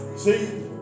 See